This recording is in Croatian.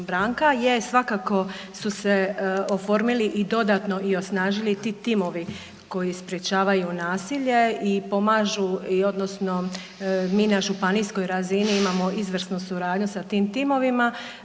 Je, svakako su se oformili i dodatno i osnažili ti timovi koji sprječavaju nasilje i pomažu odnosno mi na županijskoj razini imamo izvrsnu suradnju sa tim timovima.